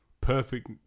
perfect